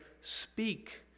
speak